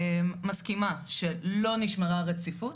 מסכימה שלא נשמרה רציפות.